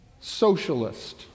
Socialist